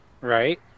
Right